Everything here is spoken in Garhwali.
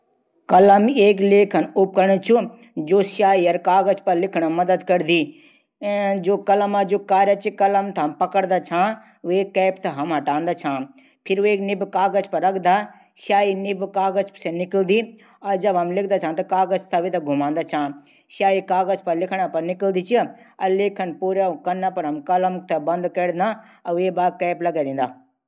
कलम एक लेखन उपकरण च जू स्याही और कागज पर जिखण मा मदद करदी। कलम जू कार्य च कलम थै हम लिखण मदद करदा। कलम मा पलै हम कैप थै हटांदा छा फिर निब कागज पर रखदा शायाही निब से निकलदी फिर जब हम लिखदा छा त कागज पर कलम थै घूमादां छा फिल लिखद समय कागज पर स्याही निकदी चा।